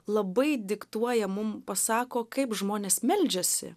labai diktuoja mum pasako kaip žmonės meldžiasi